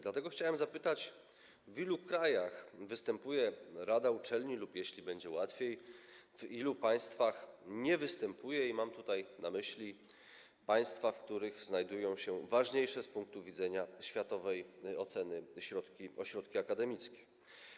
Dlatego chciałbym zapytać, w ilu krajach występuje rada uczelni lub, jeśli będzie łatwiej, w ilu państwach nie występuje i mam tutaj na myśli państwa, w których znajdują się ważniejsze z punktu widzenia światowej oceny ośrodki akademickie.